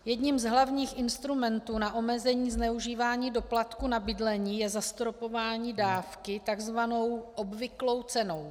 Jedním z hlavních instrumentů na omezení zneužívání doplatků na bydlení je zastropování dávky takzvanou obvyklou cenou.